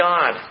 God